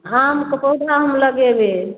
आमके पौधा हम लगेबै